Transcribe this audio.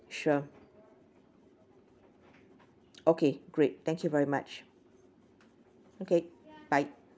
sure okay great thank you very much okay bye